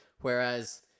whereas